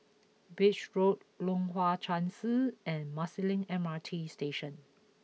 Beach Road Leong Hwa Chan Si and Marsiling M R T Station